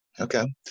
Okay